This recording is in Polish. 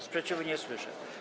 Sprzeciwu nie słyszę.